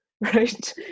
Right